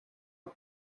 pas